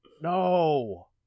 No